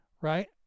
right